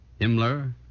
Himmler